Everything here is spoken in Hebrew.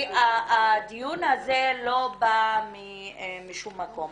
הדיון הזה לא בא משום מקום.